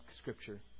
Scripture